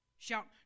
Shout